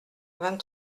vingt